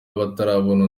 batarabona